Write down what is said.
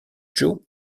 joe